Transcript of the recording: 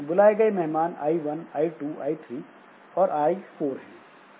बुलाए गए मेहमान I1 I 2 I 3 और I4 हैं